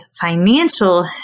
financial